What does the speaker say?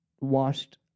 washed